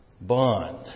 bond